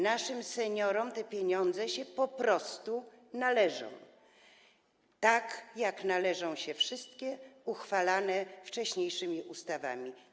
Naszym seniorom te pieniądze po prostu się należą, tak jak należą się wszystkie uchwalane wcześniejszymi ustawami.